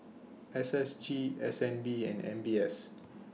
S S G S N B and M B S